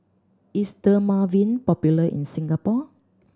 is Dermaveen popular in Singapore